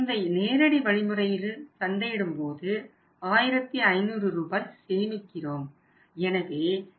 இந்த நேரடி வழிமுறையில் சந்தையிடும் போது 1500 ரூபாய் சேமிக்கிறோம்